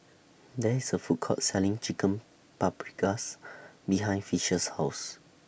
There IS A Food Court Selling Chicken Paprikas behind Fisher's House